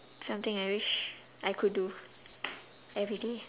something I wish I could do everyday